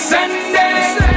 Sunday